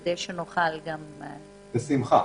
בשמחה.